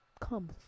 come